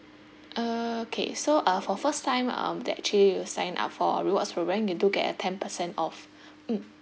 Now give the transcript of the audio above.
okay so uh for first time um that actually sign up for a rewards programme you do get a ten percent off mm